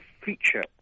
feature